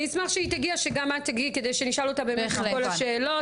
אשמח שהיא תגיע שגם את תגיעי שנשאל אותה את כל השאלות.